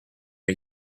are